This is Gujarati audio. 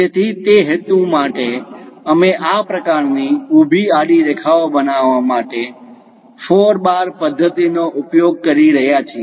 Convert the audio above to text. તેથી તે હેતુ માટે અમે આ પ્રકારની ઊભી આડી રેખાઓ બનાવવા માટે ફોર બાર પદ્ધતિનો ઉપયોગ કરી રહ્યાં છીએ